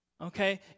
okay